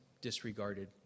disregarded